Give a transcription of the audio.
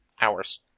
Hours